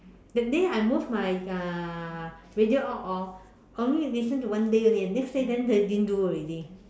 that day I move my uh radio out orh only listen to one day only the next day didn't do already